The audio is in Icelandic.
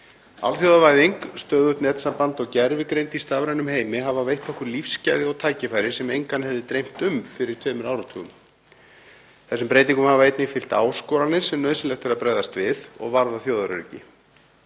Alþjóðavæðing, stöðugt netsamband og gervigreind í stafrænum heimi hafa veitt okkur lífsgæði og tækifæri sem engan hefði dreymt um fyrir tveimur áratugum. Þessum breytingum hafa einnig fylgt áskoranir sem nauðsynlegt er að bregðast við og varða þjóðaröryggi.